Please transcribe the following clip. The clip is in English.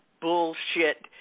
bullshit